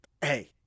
hey